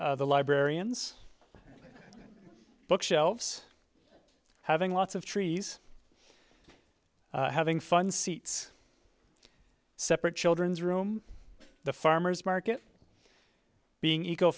the librarians bookshelves having lots of trees having fun seats separate children's room the farmer's market being e